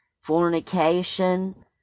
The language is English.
Fornication